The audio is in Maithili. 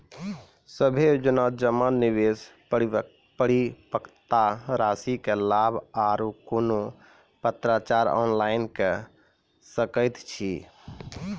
सभे योजना जमा, निवेश, परिपक्वता रासि के लाभ आर कुनू पत्राचार ऑनलाइन के सकैत छी?